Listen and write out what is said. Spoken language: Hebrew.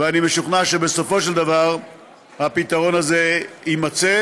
ואני משוכנע שבסופו של דבר הפתרון הזה יימצא.